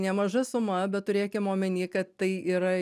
nemaža suma bet turėkim omeny kad tai yra